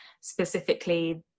specifically